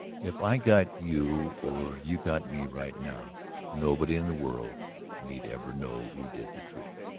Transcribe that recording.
if i got you or you got me right now nobody in the world need ever know who did the trick.